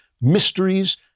mysteries